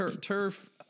turf